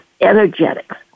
energetics